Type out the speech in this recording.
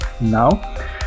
now